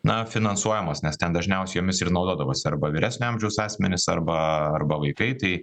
na finansuojamos nes ten dažniausiai jomis ir naudodavosi arba vyresnio amžiaus asmenys arba arba vaikai tai